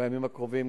בימים הקרובים,